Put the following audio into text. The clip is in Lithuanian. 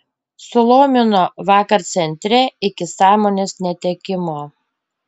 sulomino vakar centre iki sąmonės netekimo